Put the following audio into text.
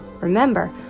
Remember